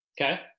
Okay